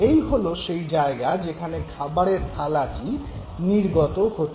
এই হল সেই জায়গা যেখানে খাবারের থালাটি নির্গত হত